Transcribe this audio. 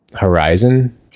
Horizon